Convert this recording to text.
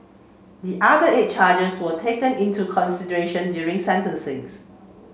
the other eight charges were taken into consideration during